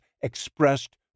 expressed